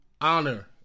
Honor